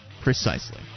Precisely